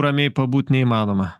ramiai pabūt neįmanoma